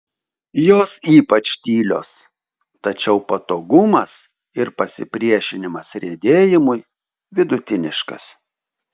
jos ypač tylios tačiau patogumas ir pasipriešinimas riedėjimui vidutiniškas